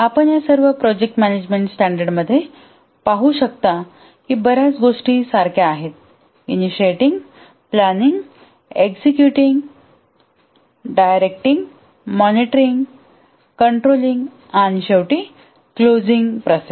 आपण या सर्व प्रोजेक्ट मॅनेजमेंट स्टॅंडर्ड मध्ये पाहू शकता की बर्याच गोष्टी सारख्या आहेत initiating planning executing directing monitoring कंट्रोलिंगआणि शेवटी क्लोजिंग प्रोसेस